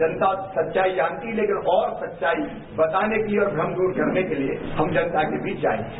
जनता सच्चाई जानती लेकिन और सच्चाई बताने के लिए और श्रम दूर करने के लिए हम जनता के बीच जाएंगे